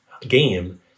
game